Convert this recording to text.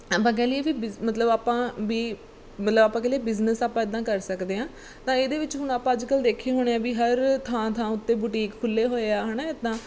ਆਪਾਂ ਕਹਿ ਲਈਏ ਵੀ ਬਿਜ਼ ਮਤਲਬ ਆਪਾਂ ਵੀ ਮਤਲਬ ਆਪਾਂ ਕਹਿ ਲਈਏ ਬਿਜ਼ਨਸ ਆਪਾਂ ਇੱਦਾਂ ਕਰ ਸਕਦੇ ਹਾਂ ਤਾਂ ਇਹਦੇ ਵਿੱਚ ਹੁਣ ਆਪਾਂ ਅੱਜ ਕੱਲ੍ਹ ਦੇਖੇ ਹੋਣੇ ਆ ਵੀ ਹਰ ਥਾਂ ਥਾਂ ਉੱਤੇ ਬੁਟੀਕ ਖੁੱਲ੍ਹੇ ਹੋਏ ਆ ਹੈ ਨਾ ਇੱਦਾਂ